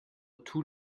tous